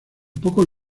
pocos